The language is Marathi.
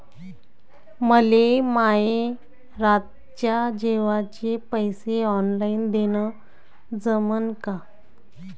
मले माये रातच्या जेवाचे पैसे ऑनलाईन देणं जमन का?